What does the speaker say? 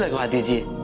like did you